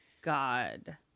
God